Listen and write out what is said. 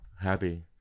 Happy